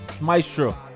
Maestro